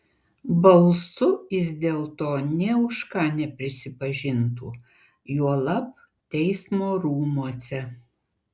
balsu jis dėl to nė už ką neprisipažintų juolab teismo rūmuose